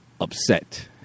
upset